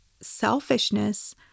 selfishness